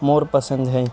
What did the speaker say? مور پسند ہے